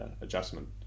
adjustment